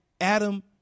Adam